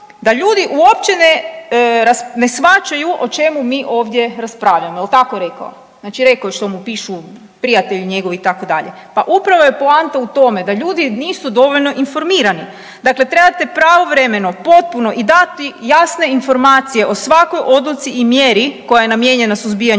da ljudi uopće ne shvaćaju o čemu mi ovdje raspravljamo. Jel' tako rekao? Znači rekao je što mu pišu prijatelji njegovi itd. Pa upravo je poanta u tome da ljudi nisu dovoljno informirani. Dakle, trebate pravovremeno, potpuno i dati jasne informacije o svakoj odluci i mjeri koja je namijenjena suzbijanju